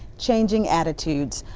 changing attitudes.